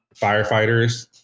firefighters